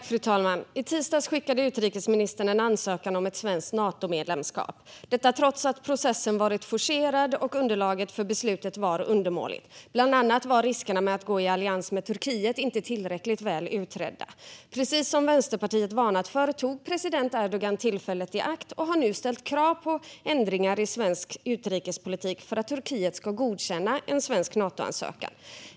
Fru talman! I tisdags skickade utrikesministern in en ansökan om ett svenskt Natomedlemskap. Detta gjordes trots att processen varit forcerad och underlaget för beslutet var undermåligt. Bland annat var riskerna med att gå i allians med Turkiet inte tillräckligt väl utredda. Precis som Vänsterpartiet varnat för tog president Erdogan tillfället i akt och har nu ställt krav på ändringar i svensk utrikespolitik för att Turkiet ska godkänna en svensk Natoansökan.